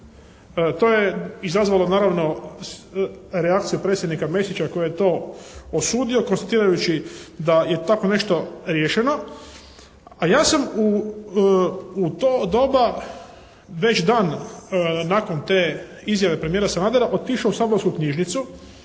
To je izazvalo naravno reakcije predsjednika Mesića koji je to osudio konstatirajući da je tako nešto riješeno. A ja sam u to doba već dan nakon te izjave premijera Sanadera otišao u saborsku knjižnicu